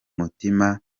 mutima